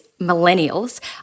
millennials